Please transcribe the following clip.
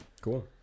Cool